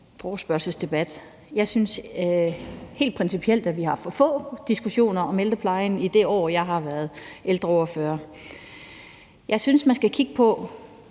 principielt, at vi har haft for få diskussioner om ældreplejen i det år, hvor jeg har været ældreordfører. Jeg synes, man skal kigge på,